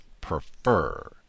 prefer